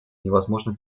невозможно